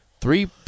Three